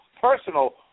personal